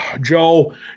Joe